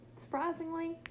Surprisingly